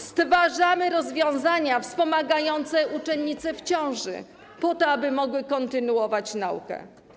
Stwarzamy rozwiązania wspomagające uczennice w ciąży, aby mogły kontynuować naukę.